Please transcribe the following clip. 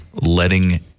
letting